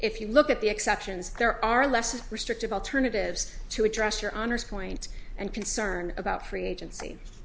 you look at the exceptions there are less restrictive alternatives to address your honor's point and concern about free agenc